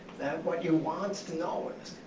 what you want to know is,